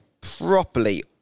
properly